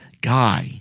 guy